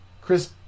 chris